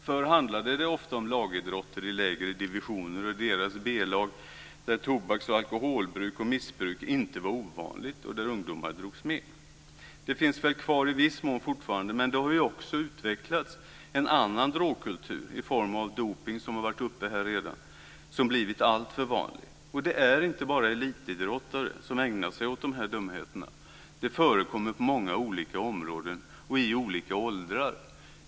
Förr handlade det ofta om lagidrotter i lägre divisioner och deras B-lag, där tobaks och alkoholbruk och missbruk inte var ovanligt och där ungdomar drogs med. Det finns väl i viss mån fortfarande kvar, men det har också utvecklats en annan drogkultur i form av dopning, vilket redan har tagits upp här, som har blivit alltför vanlig. Och det är inte bara elitidrottare som ägnar sig åt de här dumheterna. Det förekommer på många olika områden och i olika åldrar.